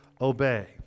obey